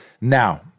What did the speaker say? Now